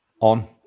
on